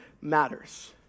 matters